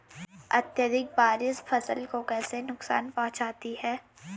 अत्यधिक बारिश फसल को कैसे नुकसान पहुंचाती है?